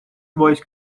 voice